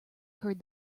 heard